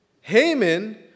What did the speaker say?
Haman